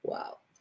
Wow